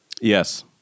Yes